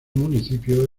municipio